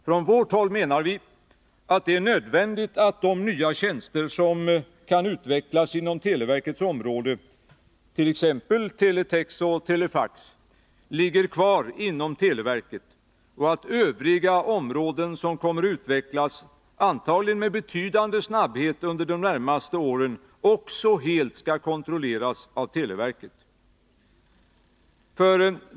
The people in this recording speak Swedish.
Från vårt håll menar vi att det är nödvändigt att de nya tjänster som kan utvecklas inom televerkets område, t.ex. teletex och telefax, ligger kvar inom televerket och att övriga områden som kommer att utvecklas under de närmaste åren, antagligen med betydande snabbhet, också helt skall kontrolleras av televerket.